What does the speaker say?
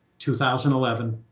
2011